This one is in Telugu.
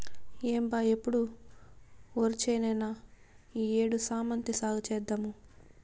ఏం బా ఎప్పుడు ఒరిచేనేనా ఈ ఏడు శామంతి సాగు చేద్దాము